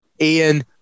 Ian